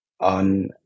on